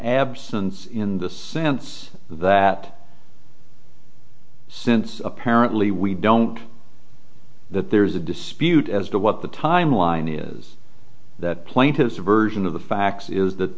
absence in the sense that since apparently we don't that there is a dispute as to what the timeline is that plaintiff's version of the facts is that